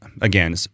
Again